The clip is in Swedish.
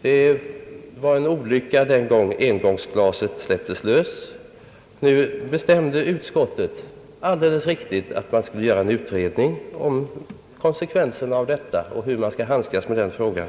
Det var en olycka den gången engångsglaset släpptes löst. Utskottet bestämde alldeles riktigt att man skulle begära en utredning av konsekvenserna, men